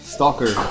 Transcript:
Stalker